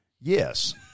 Yes